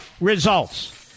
results